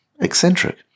Eccentric